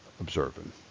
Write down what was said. observing